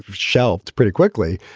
shelved pretty quickly.